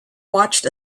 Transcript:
watched